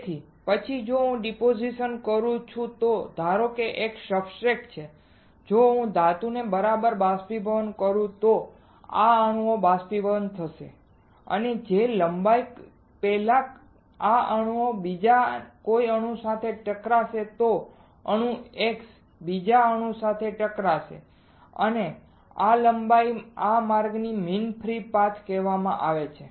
તેથી પછી જો હું ડિપોઝિટ કરુ તો ધારો કે આ એક સબસ્ટ્રેટ છે જો હું ધાતુને બરાબર બાષ્પીભવન કરું તો આ અણુ બાષ્પીભવન થશે અને જે લંબાઈ પહેલા આ અણુ બીજા કોઈ અણુ સાથે ટકરાશે આ અણુ x બીજા અણુ સાથે ટકરાશે અને આ લંબાઈ આ માર્ગને મીન ફ્રી પાથ કહેવામાં આવે છે